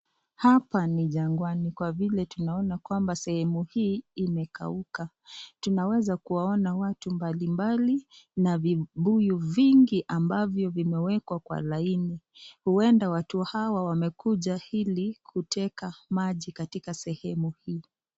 Hapa ni jangwani kwa vile tunaona kwamba sehemu hii imekauka. Tunaweza kuwaona watu mbali mbali na vibuyu vingi ambavyo vimewekwa kwa laini, huenda watu hawa wamekuja ili kuteka maji katika sehemu hii.